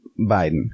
biden